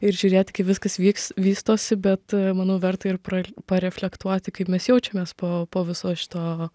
ir žiūrėti kaip viskas vyks vystosi bet manau verta ir pra pareflektuoti kaip mes jaučiamės po po viso šito